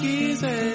easy